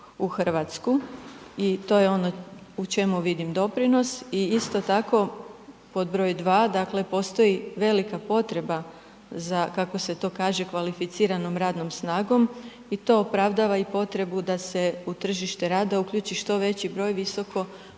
u Hrvatsku i to je o no u čemu vidim doprinos. I isto tako, pod broj dva, dakle postoji velika potreba za kako se to kaže kvalificiranom radnom snagom i to opravdava i potrebu da se u tržište rada uključi što veći broj